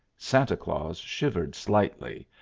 santa claus shivered slightly,